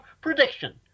prediction